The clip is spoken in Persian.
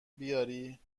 بیاری